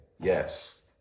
Yes